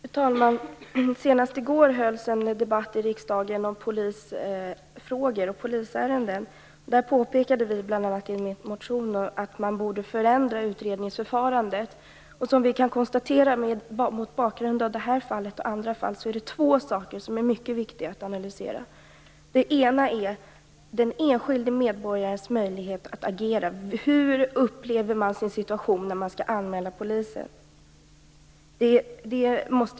Fru talman! Senast i går hölls en debatt i riksdagen om polisfrågor och polisärenden. Där påpekade vi bl.a. i en motion att man borde förändra utredningsförfarandet. Som vi kan konstatera mot bakgrund av det här och andra fall är det två saker som är mycket viktiga att analysera. Det ena är den enskilde medborgarens möjlighet att agera. Hur upplever man sin situation när man skall anmäla polisen?